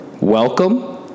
Welcome